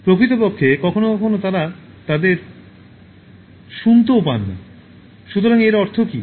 প্রকৃতপক্ষে কখনও কখনও তাঁরা তাদের শুনতেও পায় না "সুতরাং এর অর্থ কী